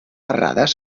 errades